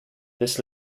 this